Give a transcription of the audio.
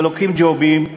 ולוקחים ג'ובים.